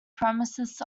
premises